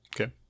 Okay